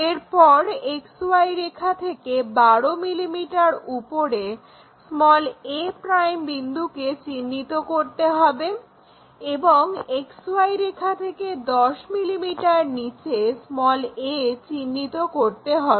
এরপর XY রেখা থেকে 12 mm উপরে a' বিন্দুকে চিহ্নিত করতে হবে এবং XY রেখা থেকে 10 mm নিচে a চিহ্নিত করতে হবে